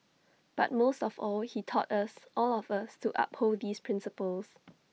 but most of all he taught us all of us to uphold these principles